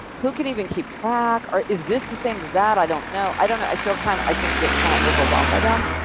who can even keep track? is this the same as that? i don't know. i don't know. i feel kind of i can get kind of overwhelmed by them,